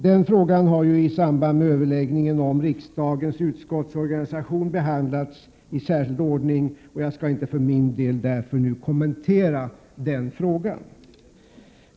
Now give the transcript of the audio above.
Den frågan har i samband med överläggningen om riksdagens utskottsorganisation behandlats i särskild ordning, och jag skall för min del därför inte nu kommentera den frågan.